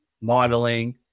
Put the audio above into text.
modeling